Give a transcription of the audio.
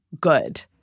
Good